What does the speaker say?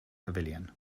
pavilion